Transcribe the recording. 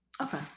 Okay